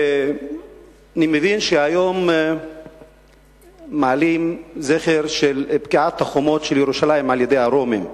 אני מבין שהיום מעלים זכר של בקיעת החומות של ירושלים על-ידי הרומים,